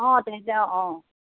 অঁ তেনতে অঁ